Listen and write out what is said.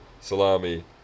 salami